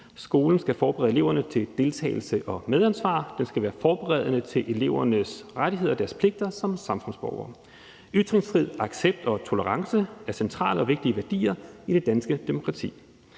Skolen skal forberede eleverne til deltagelse og medansvar, og den skal være forberedende i forhold til elevernes rettigheder og pligter som samfundsborgere. Ytringsfrihed, accept og tolerance er centrale og vigtige værdier i det danske demokrati.